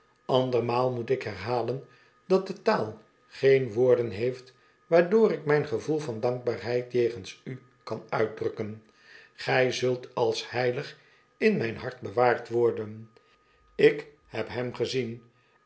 andermaal moet ik herhalen dat dé taal geen woorden heeft waardoor ik mijn gevoel van dankbaarheid jegens u kan uitdrukken gij zult als heilig in mijn hart bewaard worden ik heb hem gezien